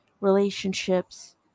relationships